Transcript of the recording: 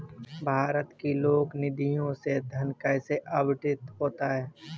भारत की लोक निधियों से धन कैसे आवंटित होता है?